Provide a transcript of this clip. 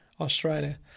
Australia